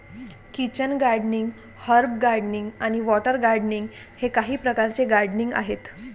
kitchen gardening, herb gardening आणि water gardening हे काही प्रकारचे गार्डनिंग आहेत